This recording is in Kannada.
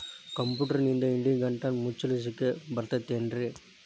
ಕಂಪ್ಯೂಟರ್ನಿಂದ್ ಇಡಿಗಂಟನ್ನ ಮುಚ್ಚಸ್ಲಿಕ್ಕೆ ಬರತೈತೇನ್ರೇ?